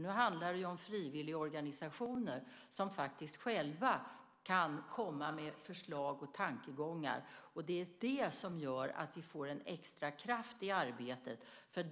Nu handlar det om frivilligorganisationer som faktiskt själva kan komma med förslag och tankegångar. Det är det som gör att vi får en extra kraft i arbetet.